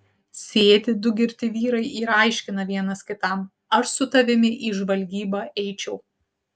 sėdi du girti vyrai ir aiškina vienas kitam aš su tavimi į žvalgybą eičiau